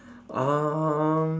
um